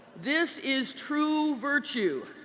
this is true virtue,